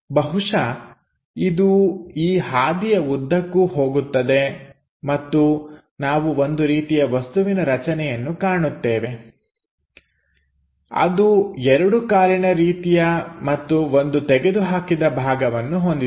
ಬಹುಶಃ ಇದು ಈ ಹಾದಿಯ ಉದ್ದಕ್ಕೂ ಹೋಗುತ್ತದೆ ಮತ್ತು ನಾವು ಒಂದು ರೀತಿಯ ವಸ್ತುವಿನ ರಚನೆಯನ್ನು ಕಾಣುತ್ತೇವೆ ಅದು ಎರಡು ಕಾಲಿನ ರೀತಿಯ ಮತ್ತು ಒಂದು ತೆಗೆದುಹಾಕಿದ ಭಾಗವನ್ನು ಹೊಂದಿದೆ